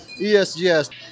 ESGS